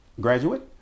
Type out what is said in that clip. graduate